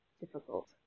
difficult